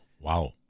Wow